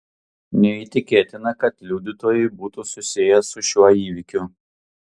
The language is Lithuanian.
neįtikėtina kad liudytojai būtų susiję su šiuo įvykiu